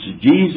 Jesus